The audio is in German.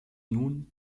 nun